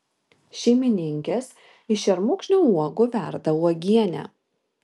šeimininkės iš šermukšnio uogų verda uogienę